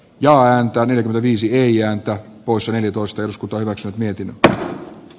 jo antaneet viisi ei ääntä osan eli kosteus kaivokset mietin että t